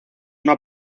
una